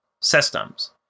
systems